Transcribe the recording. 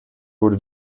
wurde